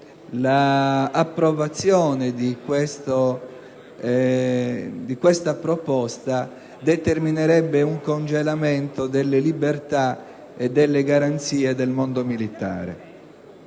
l'approvazione di questa proposta determinerebbe un congelamento delle libertà e delle garanzie del mondo militare.